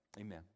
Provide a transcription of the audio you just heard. Amen